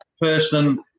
person